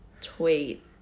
tweet